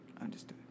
Understood